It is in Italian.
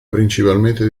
principalmente